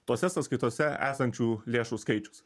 tose sąskaitose esančių lėšų skaičius